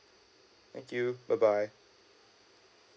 thank you bye bye